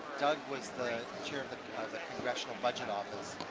doug was the chair of the congressional budget office,